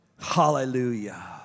Hallelujah